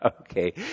Okay